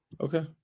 Okay